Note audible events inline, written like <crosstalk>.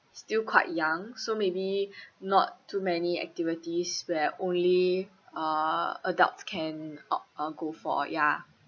still quite young so maybe <breath> not too many activities where only uh adults can opt um go for ya